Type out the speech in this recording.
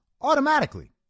automatically